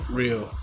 real